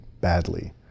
badly